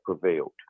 prevailed